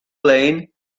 lane